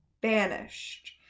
banished